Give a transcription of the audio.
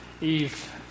Eve